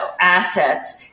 assets